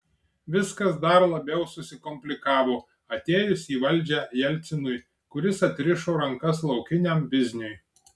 viskas dar labiau susikomplikavo atėjus į valdžią jelcinui kuris atrišo rankas laukiniam bizniui